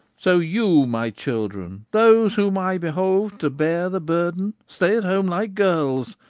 so you, my children those whom i behooved to bear the burden, stay at home like girls,